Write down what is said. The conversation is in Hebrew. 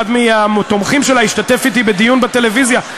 אחד מהתומכים שלה השתתף אתי בדיון בטלוויזיה,